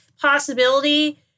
possibility